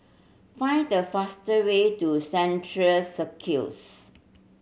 find the faster way to Central Circus